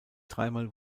dreimal